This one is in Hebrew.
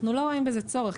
אנחנו לא רואים בזה צורך.